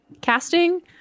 casting